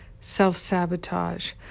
self-sabotage